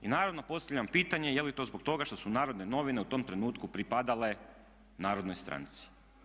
I naravno postavljam pitanje je li to zbog toga što su Narodne novine u tom trenutku pripadale Narodnoj stranci?